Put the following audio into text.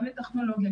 גם לטכנולוגיה,